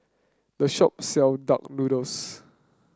the shop sell Duck Noodles